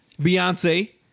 Beyonce